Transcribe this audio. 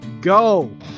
go